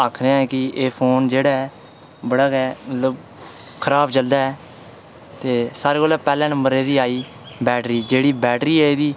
आक्खने आं की एह् फोन जेह्ड़ा ऐ बड़ा गै मतलब खराब चलदा ऐ सारें कोला पैह्लें आई एह्दी बैटरी जेह्ड़ी बैटरी ऐ एह्दी